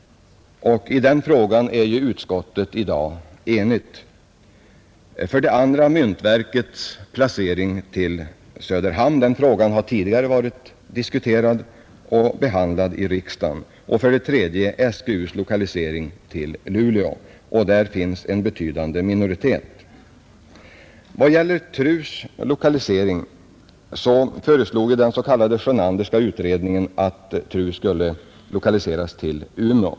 I den frågan är ju utskottet i dag enigt. 2. Myntoch justeringsverkets lokalisering till Söderhamn. Den frågan har tidigare varit diskuterad och behandlad i riksdagen. 3. SGUs lokalisering till Luleå. Där finns en betydande minoritet. Vad gäller TRU:s lokalisering, så föreslog ju den s.k. Sjönanderska utredningen att TRU skulle lokaliseras till Umeå.